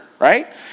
right